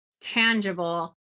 tangible